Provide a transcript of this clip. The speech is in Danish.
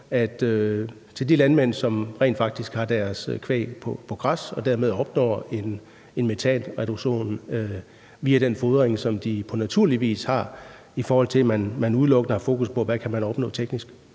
til de landmænd, som rent faktisk har deres kvæg på græs og dermed opnår en metanreduktion via den fodring, som de på naturlig vis har, i forhold til at man udelukkende har fokus på, hvad man kan opnå teknisk?